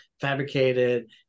fabricated